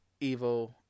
evil